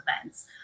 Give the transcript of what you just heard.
events